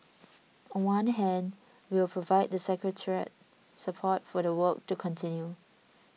on one hand we'll provide the secretariat support for the work to continue